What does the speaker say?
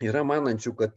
yra manančių kad